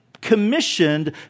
commissioned